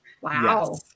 Wow